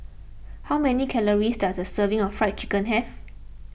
how many calories does a serving of Fried Chicken have